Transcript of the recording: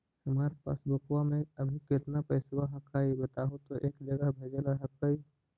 हमार पासबुकवा में अभी कितना पैसावा हक्काई बताहु तो एक जगह भेजेला हक्कई?